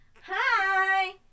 Hi